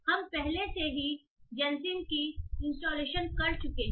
हम पहले से ही जैनसिम की इंस्टॉलेशन कर चुके हैं